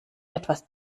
etwas